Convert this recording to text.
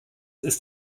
ist